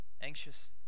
anxious